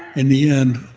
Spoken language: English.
in the end,